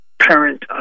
parent